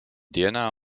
dienā